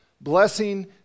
blessing